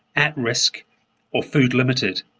at-risk or food-limited.